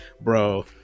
bro